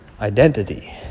identity